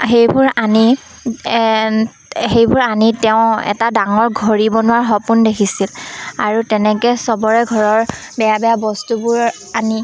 সেইবোৰ আনি সেইবোৰ আনি তেওঁ এটা ডাঙৰ ঘড়ী বনোৱাৰ সপোন দেখিছিল আৰু তেনেকৈ চবৰে ঘৰৰ বেয়া বেয়া বস্তুবোৰ আনি